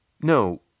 no